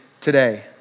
today